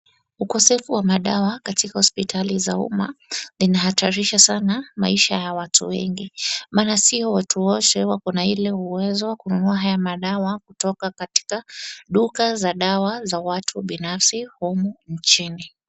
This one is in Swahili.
Ukosefu wa madawa katika hospitali za umma inahatarisha sana maisha ya watu wengi. Maana sio watu wote wako na ile uwezo wa kununua haya madawa kutoka katika duka za dawa za watu binafsi humu nchini.